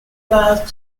last